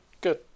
Good